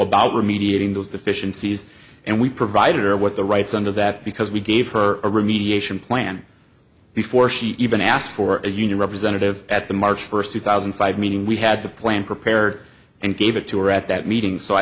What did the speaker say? about remediating those deficiencies and we provided her with the rights under that because we gave her a remediation plan before she even asked for a union representative at the march first two thousand and five meeting we had the plan prepared and gave it to her at that meeting so i